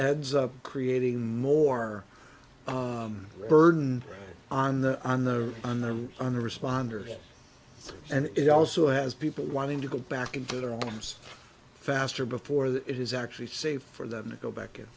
adds up creating more burden on the on the on them on the responders and it also has people wanting to go back into their homes faster before that is actually safe for them to go back i